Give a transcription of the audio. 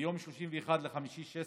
ב-31 במאי 2016